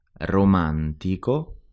romantico